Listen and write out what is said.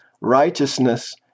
righteousness